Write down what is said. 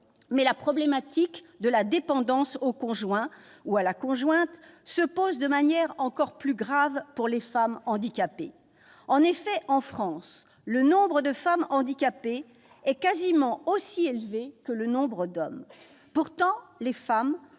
mais la problématique de la dépendance au conjoint ou à la conjointe se pose de manière encore plus grave pour les femmes handicapées. En France, le nombre de femmes handicapées est quasiment aussi élevé que le nombre d'hommes. Pourtant, les femmes